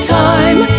time